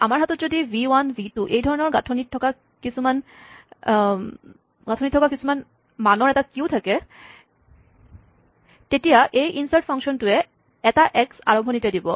আমাৰ হাতত যদি ভি ৱান ভি টু এইধৰণৰ গাঠঁনিত থকা মান কিছুমানৰ এটা কিউ থাকে তেতিয়া এই ইনৰ্ছাট ফাংচনটোৱে এটা এক্স আৰম্ভণিতে দিব